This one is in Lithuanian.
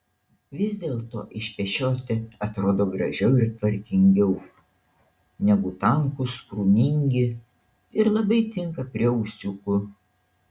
vis dėlto išpešioti atrodo gražiau ir tvarkingiau negu tankūs krūmingi ir labai tinka prie ūsiukų